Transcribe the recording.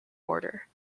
border